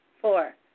four